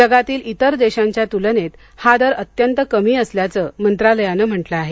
जगातील इतर देशांच्या तुलनेत हा दर अत्यंत कमी असल्याचं मंत्रालयानं म्हटलं आहे